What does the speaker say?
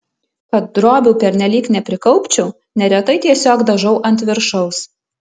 kad drobių pernelyg neprikaupčiau neretai tiesiog dažau ant viršaus